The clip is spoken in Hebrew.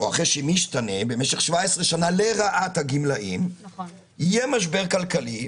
או אחרי שמשתנה במשך 17 שנה לרעת הגמלאים יהיה משבר כלכלי,